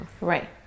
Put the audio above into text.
Right